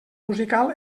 musical